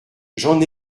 j’en